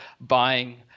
buying